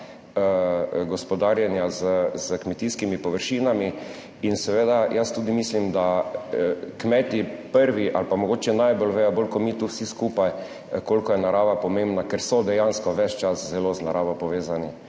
(nadaljevanje) in seveda jaz tudi mislim, da kmetje prvi ali pa mogoče najbolj vedo, bolj ko mi tu vsi skupaj, koliko je narava pomembna, ker so dejansko ves čas zelo z naravo povezani,